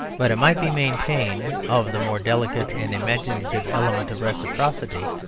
but it might be maintained, of the more delicate and imaginative element of reciprocity,